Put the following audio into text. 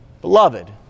Beloved